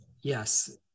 Yes